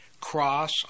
cross